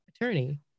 attorney